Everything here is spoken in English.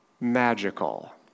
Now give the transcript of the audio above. magical